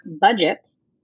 budgets